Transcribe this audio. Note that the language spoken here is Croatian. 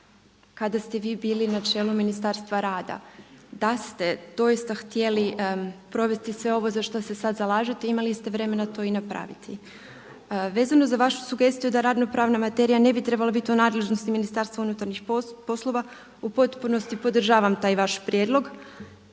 kada ste vi bili na čelu Ministarstva rada. Da ste doista htjeli provesti sve ovo za što se sada zalažete imali ste vremena to i napraviti. Vezano za vašu sugestiju da radno-pravna materija ne bi trebala biti u nadležnosti Ministarstva unutarnjih poslova u potpunosti podržavam taj vaš prijedlog